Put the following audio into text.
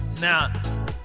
Now